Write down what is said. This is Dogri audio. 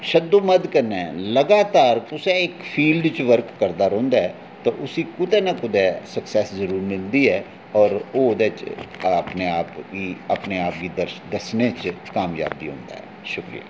शब्दोमद कन्नै लगातार तुसें ई इक फील्ड च वर्क करदा रौंह्दा ऐ ता उसी कुतै ना कुतै सक्सैस्स जरूर मिलदी ऐ और ओह् ओह्दे च अपने आप गी अपने आप गी दर्श दस्सने च कामयाब बी होंदा ऐ शुक्रिया